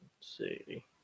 see